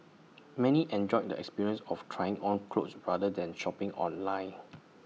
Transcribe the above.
many enjoyed the experience of trying on clothes rather than shopping online